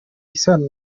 isano